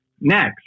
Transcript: next